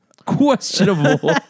questionable